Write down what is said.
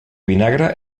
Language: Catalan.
vinagre